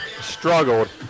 struggled